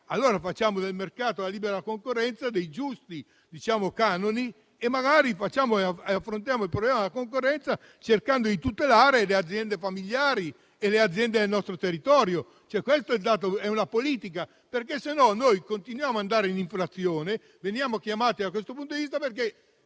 allora facciamo il mercato e la libera concorrenza dei giusti canoni e magari affrontiamo il problema della concorrenza cercando di tutelare le aziende familiari e le aziende del nostro territorio. Questa è una politica, altrimenti continuiamo ad andare in inflazione e veniamo richiamati per questo. Perché